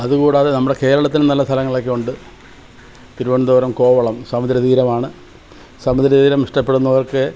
അതുകൂടാതെ നമ്മുടെ കേരളത്തിൽ നല്ല സ്ഥലങ്ങൾ ഒക്കെയുണ്ട് തിരുവനന്തപുരം കോവളം സമുദ്രതീരമാണ് സമുദ്രതീരം ഇഷ്ടപ്പെടുന്നവർക്ക്